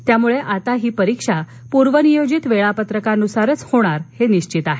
त्यामुळे आता ही परीक्षा पूर्वनियोजित वेळापत्रकानुसारच होणार हे निश्वित आहे